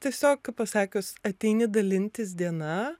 tiesiog pasakius ateini dalintis diena